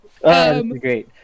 Great